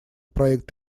проект